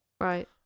Right